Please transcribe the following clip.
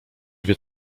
wie